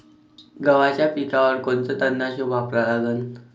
गव्हाच्या पिकावर कोनचं तननाशक वापरा लागन?